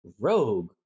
rogue